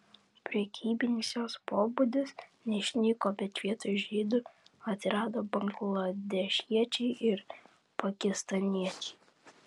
prekybinis jos pobūdis neišnyko bet vietoj žydų atsirado bangladešiečiai ir pakistaniečiai